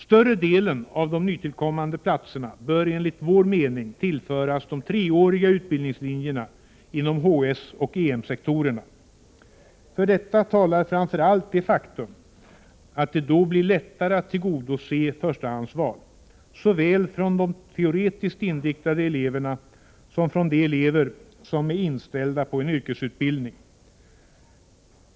Större delen av de nytillkommande platserna bör enligt vår mening tillföras de 3-åriga utbildningslinjerna inom HS och EM-sektorerna. För detta talar framför allt det faktum att det då blir lättare att tillgodose förstahandsval, såväl från de teoretiskt inriktade eleverna som från de elever som är inställda på en yrkesutbildning.